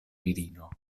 virino